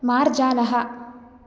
मार्जालः